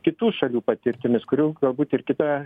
kitų šalių patirtimis kurių galbūt ir kita